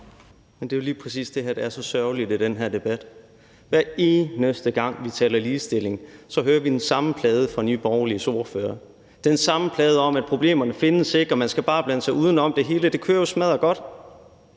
Det er jo lige præcis det, der er så sørgeligt i den her debat. Hver eneste gang vi taler om ligestilling, hører vi den samme plade fra Nye Borgerliges ordfører. Det er den samme plade om, at problemerne ikke findes, og at man bare skal blande sig udenom, for det hele kører smaddergodt.